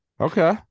Okay